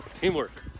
Teamwork